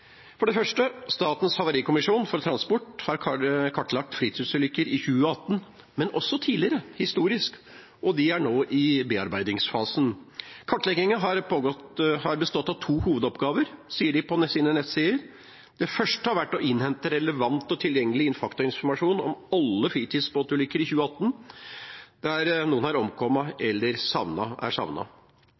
Statens havarikommisjon for havtransport har for det første kartlagt fritidsbåtulykker i 2018, men også tidligere, historisk. De er nå i bearbeidingsfasen. Kartleggingen har bestått av to hovedoppgaver, sier de på sine nettsider. Den første har vært å innhente relevant og tilgjengelig faktainformasjon om alle fritidsbåtulykker i 2018, der noen har omkommet eller er